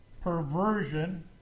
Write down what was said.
perversion